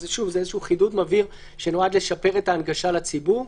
זה איזשהו חידוד מבהיר שנועד לשפר את ההנגשה לציבור.